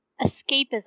escapism